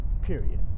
period